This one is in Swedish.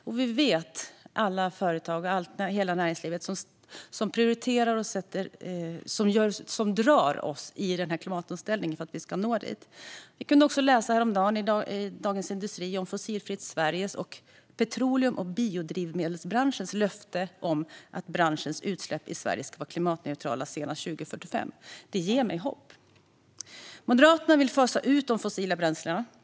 Vi vet att alla företag och hela näringslivet drar i oss för att nå fram i klimatomställningen. Vi kunde häromdagen läsa i Dagens industri om Fossilfritt Sveriges och petroleum och biodrivmedelsbranschens löfte om att branschens utsläpp i Sverige ska vara klimatneutrala senast 2045. Det ger mig hopp. Moderaterna vill fasa ut de fossila bränslena.